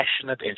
passionate